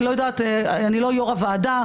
אני לא יו"ר הוועדה,